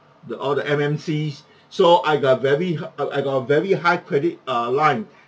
the all the M_M_C so I got a very uh I got a very high credit uh line